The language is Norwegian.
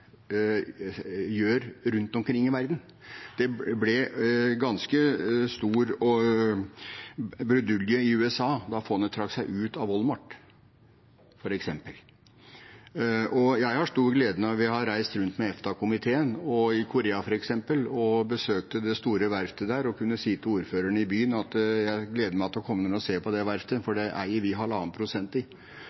rundt omkring i verden. Det ble ganske stor brudulje i USA da fondet trakk seg ut av Walmart, f.eks. Jeg har stor glede av å reise rundt med EFTA-komiteen. I Korea, f.eks., besøkte vi det store verftet der og jeg kunne si til ordføreren i byen at jeg gledet meg til å komme og se på det verftet, for det eier vi 1,5 pst. i.